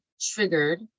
triggered